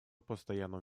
постоянного